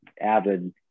avid